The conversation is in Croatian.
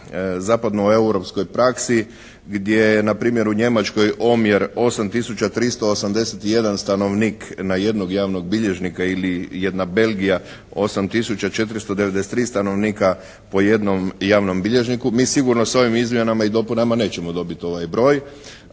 zapadnoeuropskoj praksi gdje je npr. u Njemačkoj omjer 8 tisuća 381 stanovnik na jednog javnog bilježnika ili jedna Belgija 8 tisuća 493 stanovnika po jednom javnom bilježniku, mi sigurno s ovim izmjenama i dopunama nećemo dobiti ovaj broj